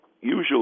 Usually